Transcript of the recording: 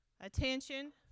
attention